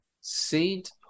Saint